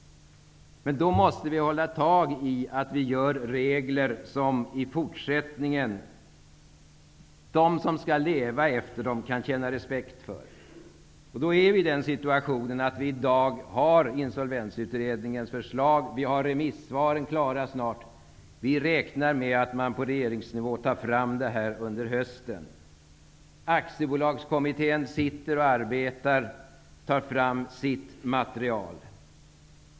Vi måste därför ser till att vi i fortsättningen åstadkommer regler som de som skall leva efter dem kan känna respekt för. Vi har i dag Insolvensutredningens förslag, vi har snart remissvaren klara, och vi räknar med att man på regeringsnivå tar fram förslag under hösten. Aktiebolagskommittén arbetar och håller på med att ta fram sitt material.